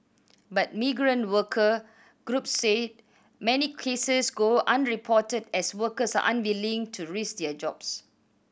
but migrant worker groups said many cases go unreported as workers are unwilling to risk their jobs